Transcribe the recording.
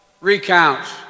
recounts